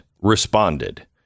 responded